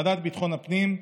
ועדת ביטחון הפנים: